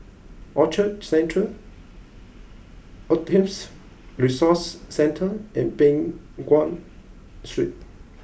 Orchard Central Autisms Resource Centre and Peng Nguan Street